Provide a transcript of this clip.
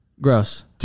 Gross